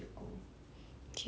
that's true that's true